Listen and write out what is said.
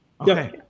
Okay